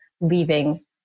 leaving